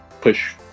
push